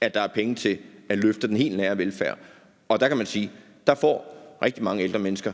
at der er penge til at løfte den helt nære velfærd, og der kan man sige, at rigtig mange ældre mennesker